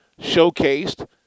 showcased